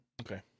Okay